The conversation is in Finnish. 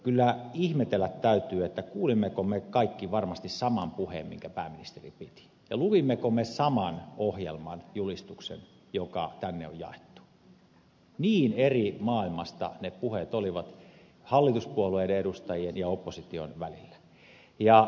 kyllä ihmetellä täytyy kuulimmeko me kaikki varmasti saman puheen minkä pääministeri piti ja luimmeko me saman ohjelmajulistuksen joka tänne on jaettu niin eri maailmasta ne puheet olivat hallituspuolueiden edustajien ja opposition välillä